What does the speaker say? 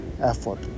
effort